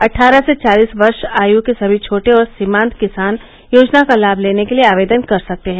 अट्ठारह से चालीस वर्ष आयु के सभी छोटे और सीमान्त किसान योजना का लाभ लेने के लिए आवेदन कर सकते हैं